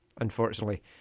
unfortunately